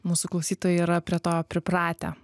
mūsų klausytojai yra prie to pripratę